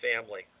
family